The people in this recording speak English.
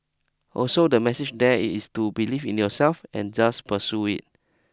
also the message there is to believe in yourself and just pursue it